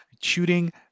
shooting